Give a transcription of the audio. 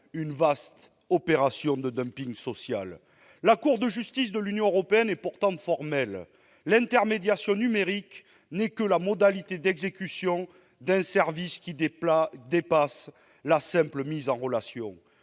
une vaste opération de dumping social. La Cour de justice de l'Union européenne est pourtant formelle : l'intermédiation numérique n'est que la modalité d'exécution d'un service qui dépasse la simple mise en relation.